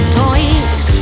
toys